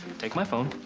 take my phone.